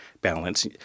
balance